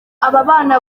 ababana